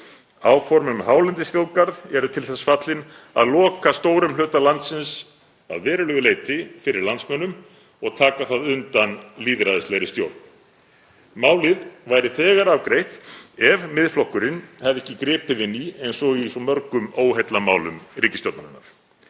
Áform um hálendisþjóðgarð eru til þess fallin að loka stórum hluta landsins að verulegu leyti fyrir landsmönnum og taka það undan lýðræðislegri stjórn. Málið væri þegar afgreitt ef Miðflokkurinn hefði ekki gripið inn í, eins og í svo mörgum óheillamálum ríkisstjórnarinnar.